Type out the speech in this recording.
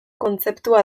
kontzeptua